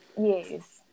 Yes